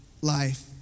life